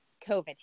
COVID